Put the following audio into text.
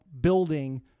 building